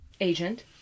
Agent